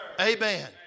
Amen